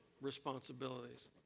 responsibilities